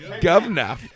governor